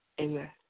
Amen